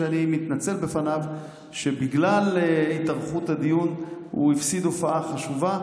ואני מתנצל בפניו שבגלל התארכות הדיון הוא הפסיד הופעה חשובה.